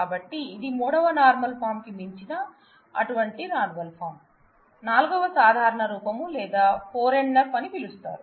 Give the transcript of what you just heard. కాబట్టి ఇది మూడవ నార్మల్ ఫార్మ్ కి మించిన అటువంటి నార్మల్ ఫార్మ్ న్ని 4 వ సాధారణ రూపం లేదా 4 NF అని పిలుస్తారు